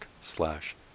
slash